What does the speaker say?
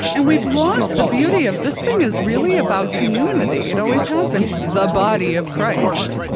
and we've lost the beauty of this thing is really about community. it always has been the body of christ